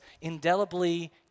indelibly